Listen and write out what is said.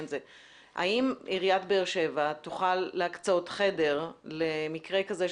האם עיריית באר שבע תוכל להקצות חדר למקרה כזה,